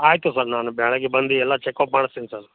ಆಯಿತು ಸರ್ ನಾನು ಬೆಳಿಗ್ಗೆ ಬಂದಿ ಎಲ್ಲ ಚೆಕ್ ಅಪ್ ಮಾಡ್ಸ್ತೀನಿ ಸರ್